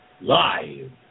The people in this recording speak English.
live